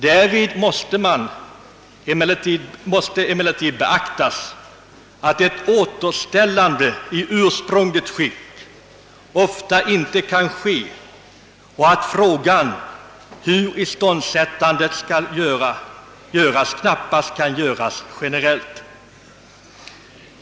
Därvid måste emellertid beaktas att ett återställande i ursprungligt skick ofta inte kan ske och att frågan hur iståndsättandet skall göras knappast kan besvaras generellt.